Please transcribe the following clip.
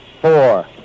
four